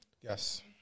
Yes